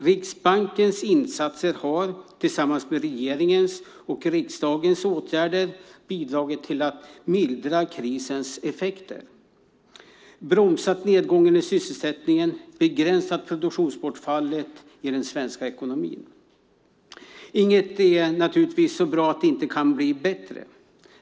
Riksbankens insatser har tillsammans med regeringens och riksdagens åtgärder bidragit till att mildra krisens effekter, bromsat nedgången i sysselsättningen och begränsat produktionsbortfallet i den svenska ekonomin. Inget är naturligtvis så bra att det inte kan bli bättre.